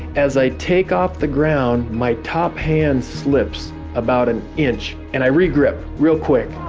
as i take off the ground, my top hand slips about an inch and i regrip real quick.